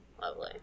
lovely